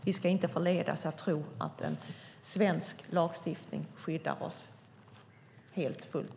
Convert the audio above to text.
Vi ska inte förledas att tro att svensk lagstiftning skyddar oss helt och fullt.